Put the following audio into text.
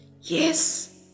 Yes